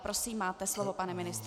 Prosím, máte slovo, pane ministře.